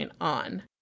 on